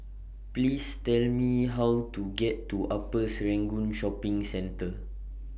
Please Tell Me How to get to Upper Serangoon Shopping Centre